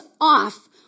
off